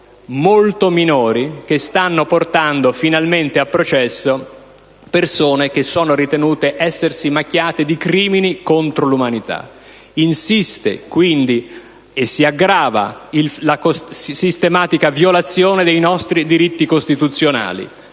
molto minori che stanno portando finalmente a processo persone che sono ritenute essersi macchiate di crimini contro l'umanità. Insiste quindi, e si aggrava, la sistematica violazione dei nostri diritti costituzionali,